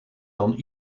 dan